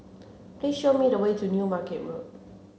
please show me the way to New Market Road